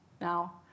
Now